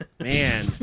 man